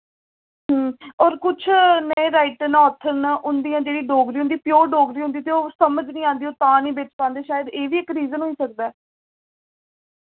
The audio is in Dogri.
होर कुछ नए राइटर न आथर न उं'दियां जेह्ड़ियां डोगरी होंदी प्योर डोगरी होंदी ते ओह् समझ निं आंदे ओह् तां निं बिच्च पांदे शायद एह् बी इक रीजन होई सकदा ऐ